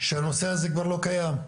שהנושא הזה כבר לא קיים.